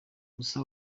gusa